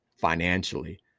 financially